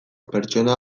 pertsona